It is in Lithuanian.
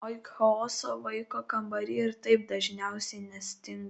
o juk chaoso vaiko kambary ir taip dažniausiai nestinga